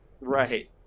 Right